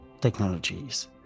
technologies